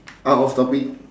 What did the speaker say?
out of topic